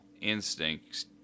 instincts